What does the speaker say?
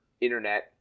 internet